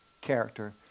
character